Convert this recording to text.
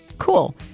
Cool